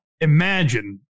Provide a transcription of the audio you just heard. imagine